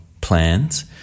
plans